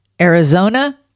Arizona